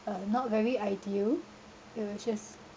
uh not very ideal it was just